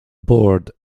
board